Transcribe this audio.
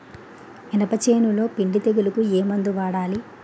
మినప చేనులో పిండి తెగులుకు ఏమందు వాడాలి?